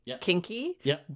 kinky